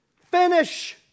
finish